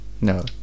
no